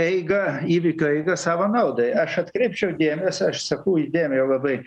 eigą įvykių eigą savo naudai aš atkreipčiau dėmesį aš seku įdėmiai labai